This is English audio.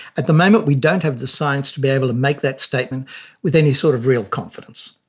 at the moment we don't have the science to be able to make that statement with any sort of real confidence.